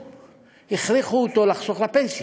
והכריחו אותו לחסוך לפנסיה.